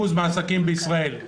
מהעסקים בישראל,